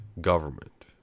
government